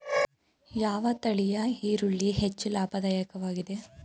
ಯಾವ ತಳಿಯ ಈರುಳ್ಳಿ ಹೆಚ್ಚು ಲಾಭದಾಯಕವಾಗಿದೆ?